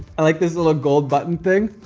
i like this little gold button thing.